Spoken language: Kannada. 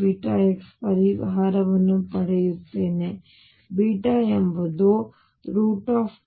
βx ಪರಿಹಾರವನ್ನು ಪಡೆಯುತ್ತೇನೆ ಎಂಬುದು √2m2